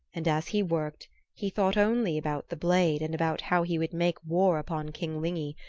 and as he worked he thought only about the blade and about how he would make war upon king lygni,